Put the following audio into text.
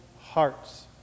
hearts